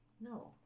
No